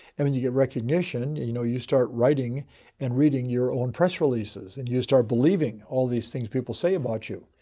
i mean, you get recognition and you know, you start writing and reading your own press releases and you start believing all these things people say about you.